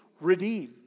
redeemed